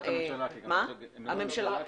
עמדת הממשלה, גם האוצר.